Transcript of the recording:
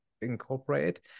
Incorporated